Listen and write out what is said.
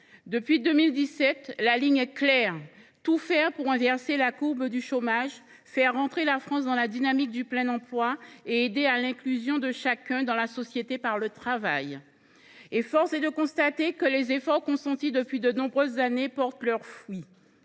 Depuis 2017, la ligne est claire : il s’agit de tout faire pour inverser la courbe du chômage, placer la France dans la dynamique du plein emploi et contribuer à l’inclusion de chacun dans la société par le travail. Force est de constater que les efforts consentis depuis de nombreuses années portent leurs fruits.